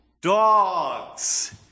dogs